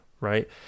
right